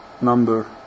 number